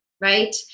right